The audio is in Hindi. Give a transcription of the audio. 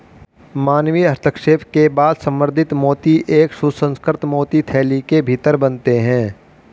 मानवीय हस्तक्षेप के साथ संवर्धित मोती एक सुसंस्कृत मोती थैली के भीतर बनते हैं